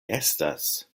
estas